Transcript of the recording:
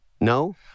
No